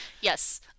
Yes